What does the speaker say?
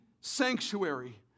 sanctuary